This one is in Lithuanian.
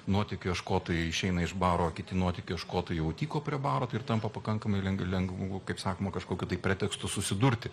nuotykių ieškotojai išeina iš baro kiti nuotykių ieškotojai jau tyko prie baro tai ir tampa pakankamai leng lengvu kaip sakoma kažkokiu pretekstu susidurti